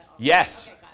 Yes